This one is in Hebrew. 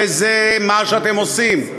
וזה מה שאתם עושים.